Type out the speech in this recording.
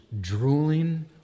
drooling